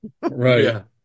Right